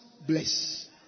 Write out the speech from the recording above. bless